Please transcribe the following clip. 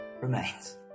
remains